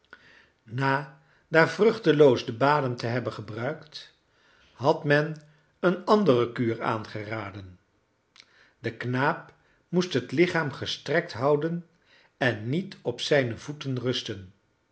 na daar vruchteloos de baden te hebben gebruikt had men een andere kuur aangeraden de knaap moest het lichaam gestrekt houden en niet op zijne voeten rusten